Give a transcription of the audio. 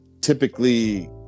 typically